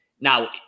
Now